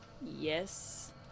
Yes